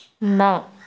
ਨਾ